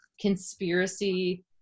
conspiracy